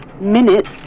minutes